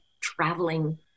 traveling